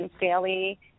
daily